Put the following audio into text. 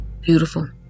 Beautiful